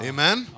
Amen